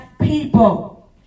people